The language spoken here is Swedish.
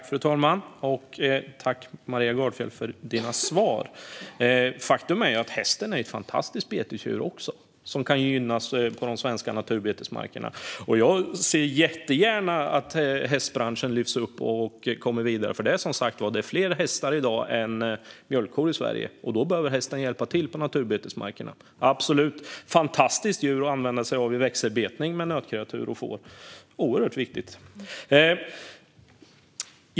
Fru talman! Tack, Maria Gardfjell, för dina svar! Faktum är att också hästen är ett fantastiskt betesdjur som kan gynnas på de svenska naturbetesmarkerna. Jag ser jättegärna att hästbranschen lyfts upp och kommer vidare, för det finns som sagt fler hästar än mjölkkor i Sverige i dag. Hästen behöver hjälpa till på naturbetesmarkerna. Det är absolut ett fantastiskt djur att använda sig av i växelbetning med nötkreatur och får. Det är oerhört viktigt.